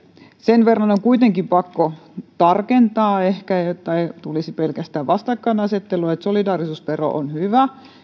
sen verran on kuitenkin pakko ehkä tarkentaa että ei tulisi pelkästään vastakkainasettelua että solidaarisuusvero on hyvä